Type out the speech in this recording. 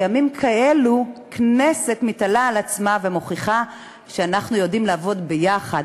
ובימים כאלו הכנסת מתעלה על עצמה ומוכיחה שאנחנו יודעים לעבוד ביחד.